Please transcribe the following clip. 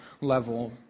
level